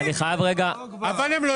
למען הלומי